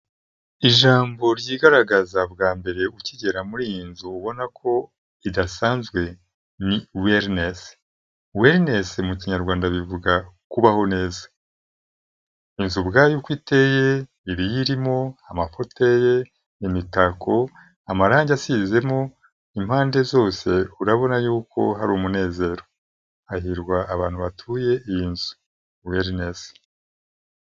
Ijambo ryigaragaza bwa mbere ukigera muri iyi nzu ubona ko idasanzwe ni wellness, wellness mu Kinyarwanda bivuga kubaho neza. Inzu ubwayo uko iteye, ibiyirimo, amakoteye, imitako, amarangi asizemo impande zose urabona y'uko ari umunezero. Hahirwa abantu batuye iyi nzu wellness.